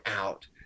out